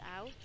out